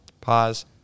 pause